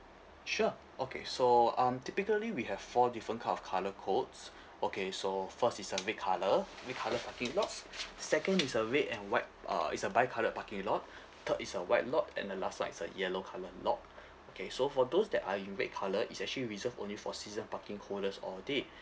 sure okay so um typically we have four different kind of colour codes okay so first is a red colour red colour parking lots second is a red and white uh it's a bi coloured parking lot third is a white lot and the last like's a yellow colour lot okay so for those that are in red colour it's actually reserved only for season parking holders all day